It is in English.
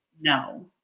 no